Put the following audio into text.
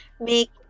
make